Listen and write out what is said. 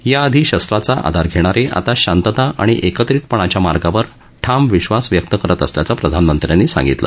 याआधी शस्त्राचा आधार घेणारे आता शांतता आणि एकत्रितपणाच्या मार्गावर ठाम विश्वास व्यक्त करत असल्याचं प्रधानमंत्री म्हणाले